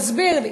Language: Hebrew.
תסביר לי.